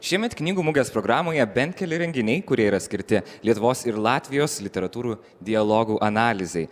šiemet knygų mugės programoje bent keli renginiai kurie yra skirti lietuvos ir latvijos literatūrų dialogų analizei